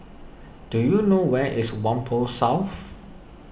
do you know where is Whampoa South